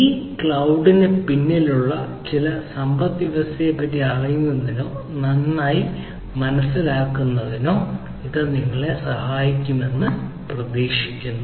ഈ ക്ലൌഡിന് പിന്നിലുള്ള ഈ സമ്പദ്വ്യവസ്ഥയെ പറ്റി അറിയുന്നതിനോ നന്നായി മനസ്സിലാക്കുന്നതിനോ ഇത് നിങ്ങളെ സഹായിക്കുമെന്ന് പ്രതീക്ഷിക്കുന്നു